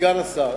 סגן השר,